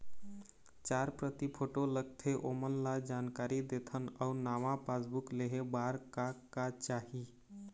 चार प्रति फोटो लगथे ओमन ला जानकारी देथन अऊ नावा पासबुक लेहे बार का का चाही?